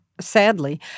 Sadly